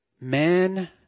Man